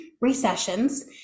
recessions